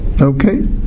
Okay